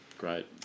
Great